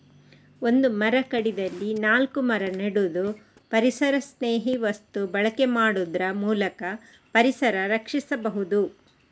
ಒಂದು ಮರ ಕಡಿದಲ್ಲಿ ನಾಲ್ಕು ಮರ ನೆಡುದು, ಪರಿಸರಸ್ನೇಹಿ ವಸ್ತು ಬಳಕೆ ಮಾಡುದ್ರ ಮೂಲಕ ಪರಿಸರ ರಕ್ಷಿಸಬಹುದು